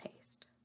taste